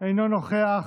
אינו נוכח.